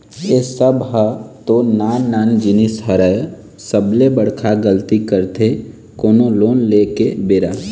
ए सब ह तो नान नान जिनिस हरय सबले बड़का गलती करथे कोनो लोन ले के बेरा